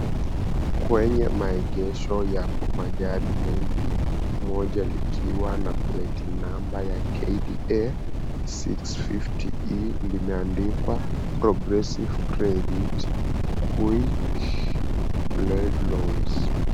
Kwenye maegesho ya magari mengi moja likiwa na pleti namba ya KDA 650E limeandikwa, Progressive Credit, Quick Flexible Loans.